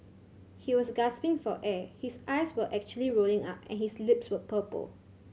he was gasping for air his eyes were actually rolling up and his lips were purple